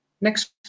Next